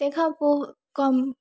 तंहिंखां पोइ कॉम